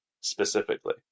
specifically